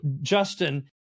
Justin